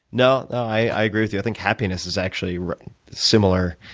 no, i agree with you. i think happiness is actually similar.